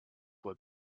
were